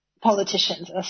politicians